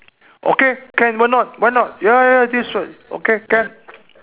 okay can why not why not ya ya think so okay can